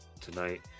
tonight